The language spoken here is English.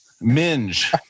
Minge